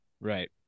Right